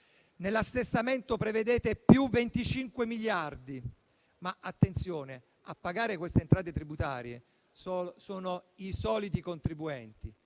nell'assestamento prevedete +25 miliardi. Attenzione, però: a pagare queste entrate tributarie sono i soliti contribuenti